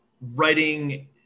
writing